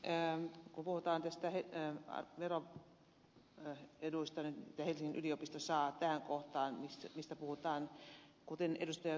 kun puhutaan tästä veroedusta minkä helsingin yliopisto saa palaan vielä kohtaan missä puhutaan kuten ed